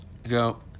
Go